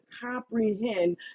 comprehend